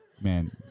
man